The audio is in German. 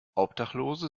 obdachlose